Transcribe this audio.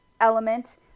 element